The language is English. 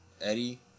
Eddie